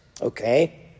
okay